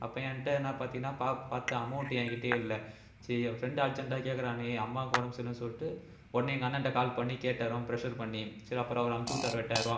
அப்போ என்கிட்ட என்ன பார்த்தின்னா பாவம் பார்த்து அமௌன்ட் என்கிட்டயே இல்லை சரி என் ஃப்ரெண்டு அர்ஜென்ட்டாக கேட்கறானே அம்மாவுக்கு உடம்பு சரியில்லைன்னு சொல்லிவிட்டு உடனே எங்க அண்ணன்கிட்ட கால் பண்ணி கேட்டேன் ரொம்ப ப்ரெஷ்ஷர் பண்ணி சரி அப்புறம் அமிச்சுட்டாரு ஒரு எட்டாயர ரூவா